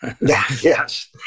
Yes